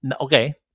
okay